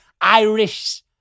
Irish